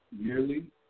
yearly